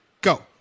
Go